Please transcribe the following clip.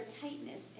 tightness